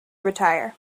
retire